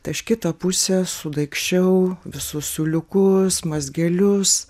tai aš kitą pusę su daikščiau visus siūliukus mazgelius